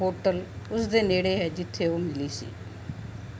hotel ਉਸ ਦੇ ਨੇੜੇ ਹੈ ਜਿੱਥੇ ਉਹ ਮਿਲੀ ਸੀ